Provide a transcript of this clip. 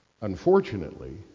Unfortunately